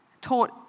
taught